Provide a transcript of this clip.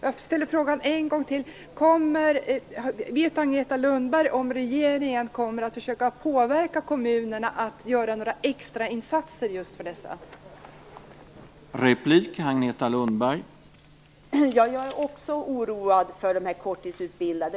Jag ställer frågan en gång till: Vet Agneta Lundberg om regeringen kommer att försöka påverka kommunerna att göra några extrainsatser just för dessa människor?